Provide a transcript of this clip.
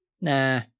nah